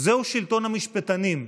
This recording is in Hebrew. זהו שלטון המשפטנים.